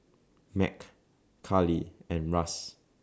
Mack Karli and Russ